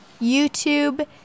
youtube